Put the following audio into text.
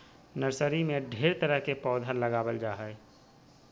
nursery में ढेर तरह के पौधा लगाबल जा हइ